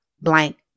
blank